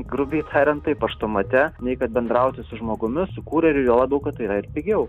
grubiai tariant taip paštomate nei kad bendrauti su žmogumi su kurjeriu juo labiau kad tai yra ir pigiau